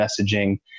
messaging